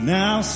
now